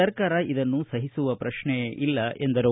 ಸರ್ಕಾರ ಇದನ್ನು ಸಹಿಸುವ ಪ್ರಶ್ನೆಯೇ ಇಲ್ಲ ಎಂದರು